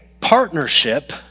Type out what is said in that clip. partnership